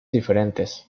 diferentes